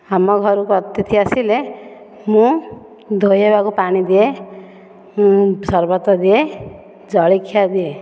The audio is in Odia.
ଆମ ଘରୁକୁ ଅତିଥି ଆସିଲେ ମୁଁ ଧୋଇହେବାକୁ ପାଣି ଦିଏ ମୁଁ ସର୍ବତ ଦିଏ ଜଳଖିଆ ଦିଏ